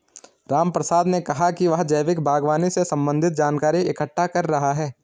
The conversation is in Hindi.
रामप्रसाद ने कहा कि वह जैविक बागवानी से संबंधित जानकारी इकट्ठा कर रहा है